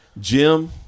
Jim